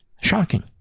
Shocking